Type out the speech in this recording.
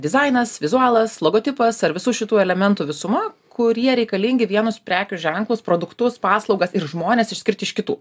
dizainas vizualas logotipas ar visų šitų elementų visuma kurie reikalingi vienus prekių ženklus produktus paslaugas ir žmones išskirti iš kitų